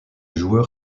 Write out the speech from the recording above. joueur